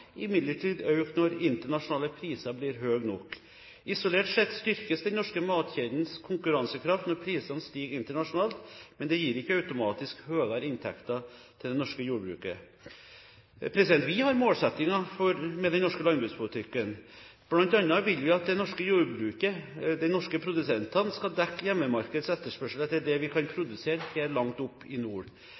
imidlertid øke når internasjonale priser blir høye nok. Isolert sett styrkes den norske matkjedens konkurransekraft når prisene stiger internasjonalt, men det gir ikke automatisk høyere inntekter til det norske jordbruket. Vi har målsettinger med den norske landbrukspolitikken, bl.a. vil vi at det norske jordbruket, de norske produsentene, skal dekke hjemmemarkedets etterspørsel etter det vi kan produsere her langt oppe i nord.